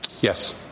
Yes